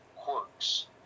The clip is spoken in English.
quirks